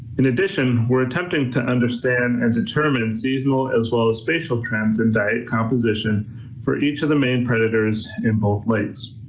in addition, we're attempting to understand and determine seasonal as well as spatial trends in diet composition for each of the main predators in both lakes.